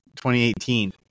2018